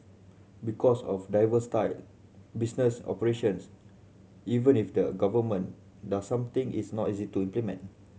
because of diversified business operations even if the Government does something it's not easy to implement